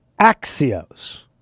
Axios